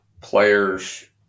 players